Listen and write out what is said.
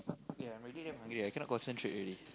eh I'm already damn hungry I cannot concentrate already